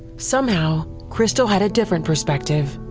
somehow crystal had a different perspective.